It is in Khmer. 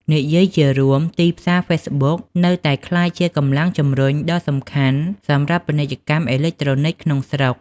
និយាយជារួម ទីផ្សារហ្វេសប៊ុកនៅតែក្លាយជាកម្លាំងជំរុញដ៏សំខាន់សម្រាប់ពាណិជ្ជកម្មអេឡិចត្រូនិកក្នុងស្រុក។